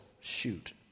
shoot